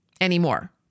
anymore